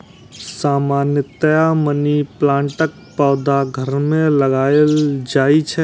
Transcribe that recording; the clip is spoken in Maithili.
सामान्यतया मनी प्लांटक पौधा घर मे लगाएल जाइ छै